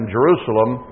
Jerusalem